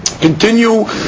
continue